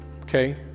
okay